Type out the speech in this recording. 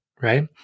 right